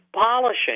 polishing